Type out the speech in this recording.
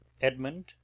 Edmund